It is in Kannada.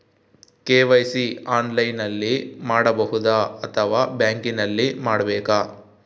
ಕೆ.ವೈ.ಸಿ ಆನ್ಲೈನಲ್ಲಿ ಮಾಡಬಹುದಾ ಅಥವಾ ಬ್ಯಾಂಕಿನಲ್ಲಿ ಮಾಡ್ಬೇಕಾ?